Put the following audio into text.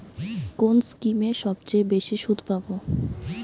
কোন স্কিমে সবচেয়ে বেশি সুদ পাব?